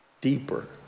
Deeper